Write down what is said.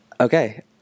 Okay